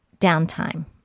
downtime